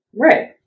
Right